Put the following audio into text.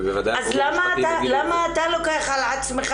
ובוודאי --- אז למה אתה לוקח על עצמך